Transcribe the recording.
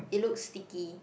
it looks sticky